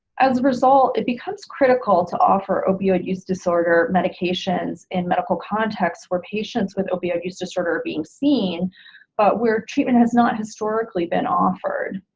as a result it becomes critical to offer opioid use disorder medications in medical contexts where patients with opioid use disorder being seen but where treatment has not historically been offered.